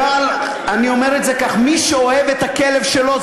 אני אומר את זה כך: מי שאוהב את הכלב שלו,